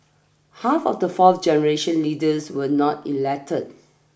half of the fourth generation leaders were not elected